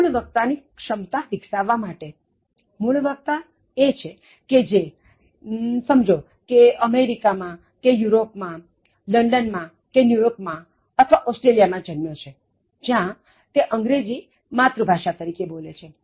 મૂળ વક્તા ની ક્ષમતા વિકસાવવા માટે મૂળ વક્તા એ છે કે જે સમજો કે અમેરિકા માં કે યુરોપમાં લંડન માંકે ન્યૂયોર્કમાં અથવા ઓસ્ટ્રેલિયા માં જન્મ્યો છે જ્યાં તે અંગ્રેજી માતૃભાષા તરીકે બોલે છે